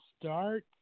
start